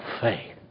faith